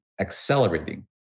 accelerating